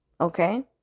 Okay